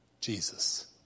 Jesus